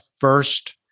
first